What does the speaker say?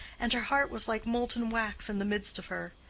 and her heart was like molten wax in the midst of her.